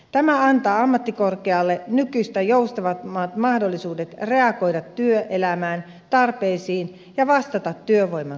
tämä antaa ammattikorkealle nykyistä joustavammat mahdollisuudet reagoida työelämän tarpeisiin ja vastata työvoiman kysyntään